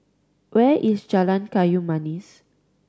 where is Jalan Kayu Manis